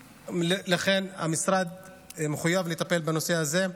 ולכן המשרד מחויב לטפל בנושא הזה.